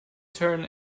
turn